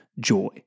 joy